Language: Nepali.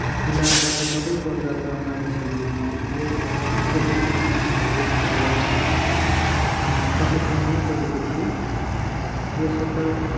ठुला बडा सबै वर्गका मानिसहरू यस कोभिड नाइन्टिनको महामारीमा चपेटमा नै परेको थियो यसर्थ